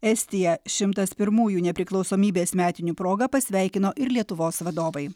estiją šimtas pirmųjų nepriklausomybės metinių proga pasveikino ir lietuvos vadovai